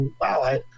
wow